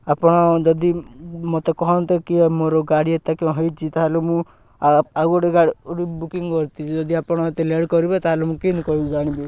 ଆପଣ ଯଦି ମୋତେ କହନ୍ତେ କି ମୋର ଗାଡ଼ି ଏଟା କ'ଣ ହେଇଚି ତା'ହେଲେ ମୁଁ ଆଉ ଗୋଟେ ଗୋଟେ ବୁକିଙ୍ଗ କରିଥିଲି ଯଦି ଆପଣ ଏତେ ଲେଟ୍ କରିବେ ତା'ହେଲେ ମୁଁ କେମିତି କହିବି ଜାଣିବି